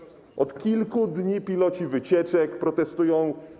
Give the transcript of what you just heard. Od kilku dni piloci wycieczek protestują.